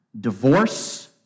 divorce